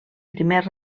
primer